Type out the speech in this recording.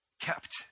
kept